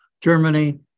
Germany